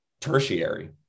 tertiary